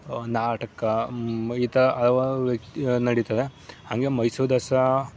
ನಾಟಕ ಈ ಥರ ಹಲವಾರು ವ್ಯಕ್ತಿಗಳಲ್ಲಿ ನಡಿತದೆ ಹಾಗೆ ಮೈಸೂರು ದಸರಾ